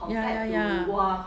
ya ya ya